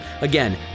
Again